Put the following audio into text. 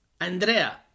Andrea